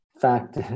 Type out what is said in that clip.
fact